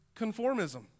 conformism